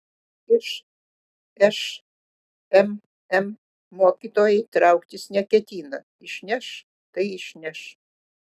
iš šmm mokytojai trauktis neketina išneš tai išneš